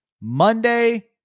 Monday